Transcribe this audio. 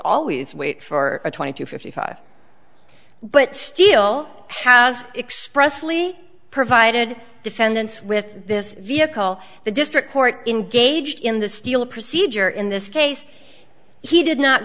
always wait for a twenty to fifty five but steele has expressly provided defendants with this vehicle the district court in gauged in the steel procedure in this case he did not